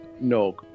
no